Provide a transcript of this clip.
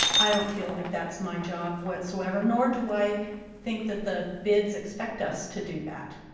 i don't feel like that's my job whatsoever nor do i think that the bids expect us to do that